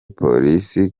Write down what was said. polisi